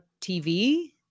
tv